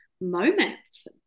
moments